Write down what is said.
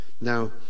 now